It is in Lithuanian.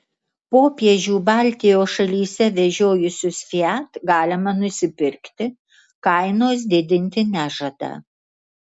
popiežių baltijos šalyse vežiojusius fiat galima nusipirkti kainos didinti nežada